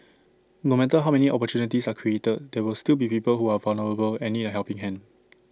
no matter how many opportunities are created there will still be people who are vulnerable and need A helping hand